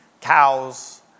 cows